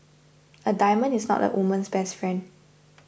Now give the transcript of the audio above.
a diamond is not a woman's best friend